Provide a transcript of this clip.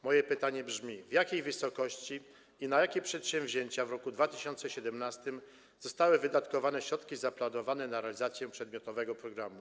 Moje pytanie brzmi: W jakiej wysokości i na jakie przedsięwzięcia w roku 2017 zostały wydatkowane środki zaplanowane na realizację przedmiotowego programu?